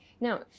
Now